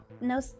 No